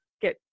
get